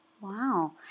Wow